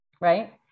right